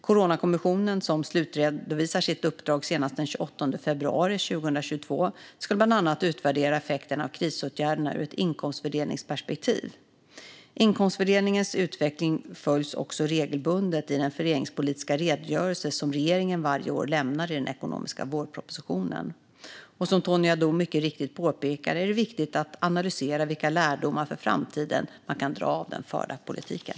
Coronakommissionen, som slutredovisar sitt uppdrag senast den 28 februari 2022, ska bland annat utvärdera effekterna av krisåtgärderna ur ett inkomstfördelningsperspektiv. Inkomstfördelningens utveckling följs också regelbundet i den fördelningspolitiska redogörelse som regeringen varje år lämnar i den ekonomiska vårpropositionen. Som Tony Haddou mycket riktigt påpekar är det viktigt att analysera vilka lärdomar för framtiden som man kan dra av den förda politiken.